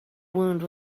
wound